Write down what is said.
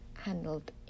handled